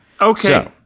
okay